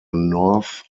north